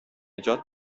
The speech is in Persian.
نجات